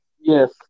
Yes